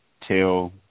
tell